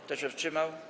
Kto się wstrzymał?